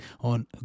on